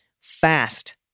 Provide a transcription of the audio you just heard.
fast